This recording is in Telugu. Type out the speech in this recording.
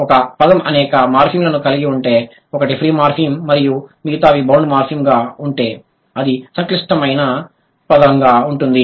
ఒక పదం అనేక మార్ఫిమ్లను కలిగి ఉంటే ఒకటి ఫ్రీ మార్ఫిమ్ మరియు మిగితావి బౌండ్ మార్ఫిమ్ గా ఉంటే అది సంక్లిష్టమైన పదంగా ఉంటుంది